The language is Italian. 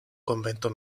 convento